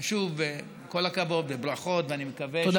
ושוב, כל הכבוד וברכות, ואני מקווה, תודה.